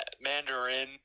mandarin